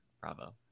Bravo